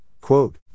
quote